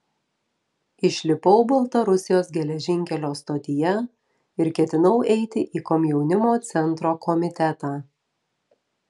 išlipau baltarusijos geležinkelio stotyje ir ketinau eiti į komjaunimo centro komitetą